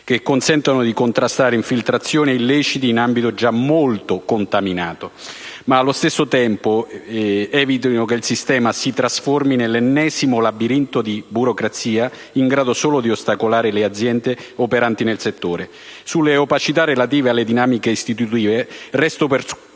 che consentono di contrastare infiltrazioni e illeciti in un ambito già molto contaminato, ma allo stesso tempo evitare che il sistema si trasformi nell'ennesimo labirinto di burocrazia in grado solo di ostacolare le aziende operanti nel settore. Sulle opacità relative alle dinamiche istitutive resto